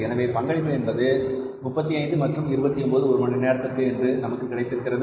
எனவே பங்களிப்பு என்பது 35 மற்றும் 29 ஒரு மணி நேரத்திற்கு என்று நமக்கு கிடைத்திருக்கிறது